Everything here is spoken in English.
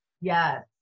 Yes